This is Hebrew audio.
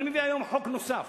אני מביא היום חוק נוסף,